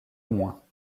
moins